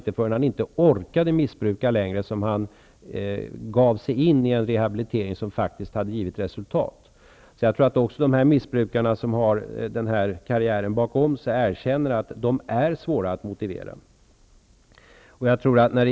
Inte förrän han inte orkade missbruka längre gav han sig in i ett rehabiliteringsprogram, och som faktiskt gav resultat. Även de missbrukare som har den här typen av karriär bakom sig erkänner att de är svårmotiverade.